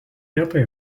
retai